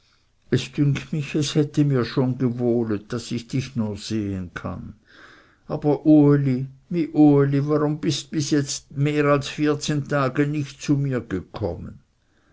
es dünkt mich es hätte mir schon gewohlet daß ich dich nur sehen kann aber uli mi uli warum bist jetzt mehr als vierzehn tage nicht zu mir gekommen